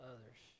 Others